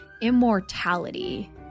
immortality